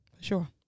Sure